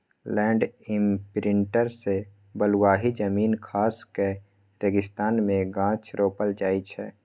land imprinter सँ बलुआही जमीन खास कए रेगिस्तान मे गाछ रोपल जाइ छै